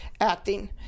acting